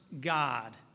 God